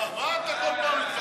מה אתה כל פעם נתפס אלי?